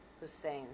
Hussein